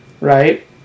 right